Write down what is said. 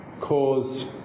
cause